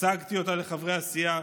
הצגתי אותה לחברי הסיעה.